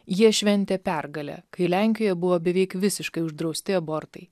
jie šventė pergalę kai lenkijoje buvo beveik visiškai uždrausti abortai